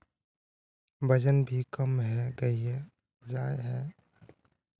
वजन भी कम है गहिये जाय है?